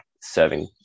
serving